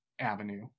avenue